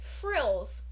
frills